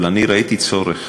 אבל ראיתי צורך,